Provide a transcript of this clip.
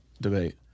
debate